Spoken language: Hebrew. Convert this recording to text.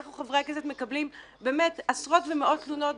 אנחנו חברי הכנסת מקבלים באמת עשרות ומאות תלונות,